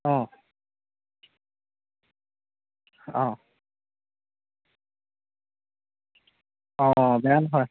অঁ অঁ অঁ অঁ বেয়া নহয়